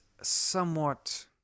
somewhat